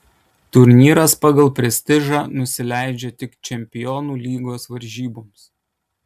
turnyras pagal prestižą nusileidžia tik čempionų lygos varžyboms